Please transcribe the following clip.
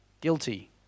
guilty